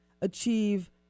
achieve